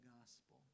Gospel